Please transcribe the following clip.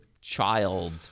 child